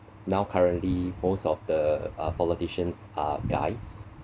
now currently most of the uh politicians are guys